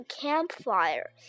campfire